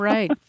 Right